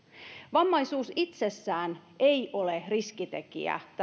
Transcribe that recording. vammaisuus itsessään ei ole riskitekijä